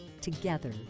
Together